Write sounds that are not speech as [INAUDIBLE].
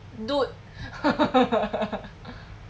dude [LAUGHS]